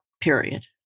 period